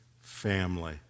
family